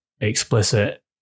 explicit